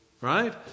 Right